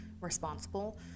responsible